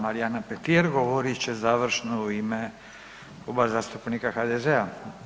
Gđa. Marijana Petir govorit će završno u ime Kluba zastupnika HDZ-a.